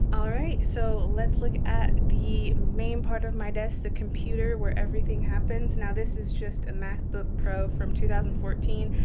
all right, so let's look at the main part of my desk, the computer, where everything happens. now, this is just a macbook pro from two thousand and fourteen.